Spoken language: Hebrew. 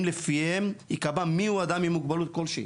לפיהם נקבעה מיהו אדם עם מוגבלות כלשהי.